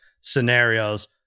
scenarios